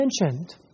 mentioned